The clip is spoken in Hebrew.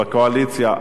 בקואליציה,